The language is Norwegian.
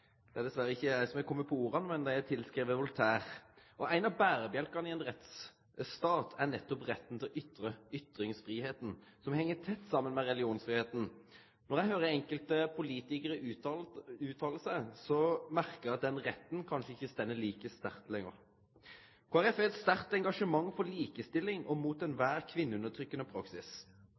Det er dessverre ikkje eg som har komme på desse orda; dei er skrivne av Voltaire. Ein av berebjelkane i ein rettsstat er nettopp retten til å ytre – ytringsfridomen, som heng tett saman med religionsfridomen. Når eg høyrer enkelte politikarar uttale seg, merkar eg at denne retten kanskje ikkje står like sterkt lenger. Kristeleg Folkeparti har eit sterkt engasjement for likestilling og mot all kvinneundertrykkande praksis.